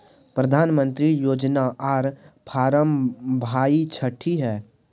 प्रधानमंत्री योजना आर फारम भाई छठी है?